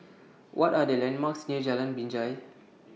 What Are The landmarks near Jalan Binjai